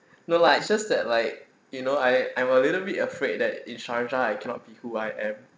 no lah it's just that like you know I I'm a little bit afraid that in sharjah I cannot be who I am